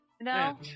No